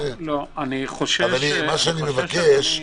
אני מבקש,